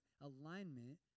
alignment